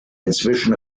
inzwischen